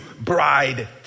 bride